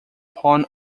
spawn